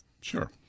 Sure